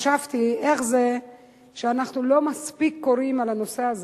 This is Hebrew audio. אני חשבתי איך זה שאנחנו לא מספיק קוראים על הנושא הזה,